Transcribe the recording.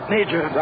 Major